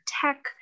tech